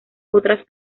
otras